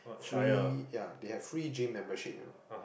free ya they have free gym membership you know